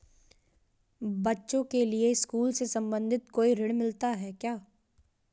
बच्चों के लिए स्कूल से संबंधित कोई ऋण मिलता है क्या?